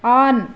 on